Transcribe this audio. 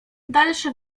dalsze